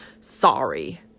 Sorry